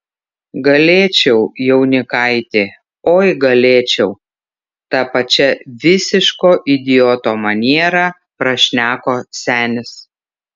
galėčiau jaunikaiti oi galėčiau ta pačia visiško idioto maniera prašneko senis